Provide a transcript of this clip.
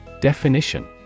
Definition